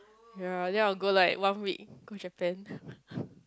ya ya I will go like one week go Japan